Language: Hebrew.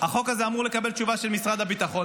החוק הזה אמור לקבל תשובה של משרד הביטחון,